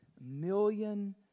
million